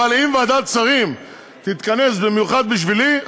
אבל אם ועדת שרים תתכנס במיוחד בשבילי,